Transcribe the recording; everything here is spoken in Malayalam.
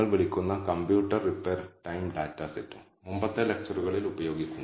ഒരു പ്രാധാന്യമർഹിക്കുന്നതും ഇത് റിപ്പോർട്ട് ചെയ്യപ്പെട്ട p മൂല്യം എന്ന് വിളിക്കപ്പെടുന്നതും സൂചിപ്പിക്കുന്നു